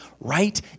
right